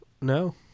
No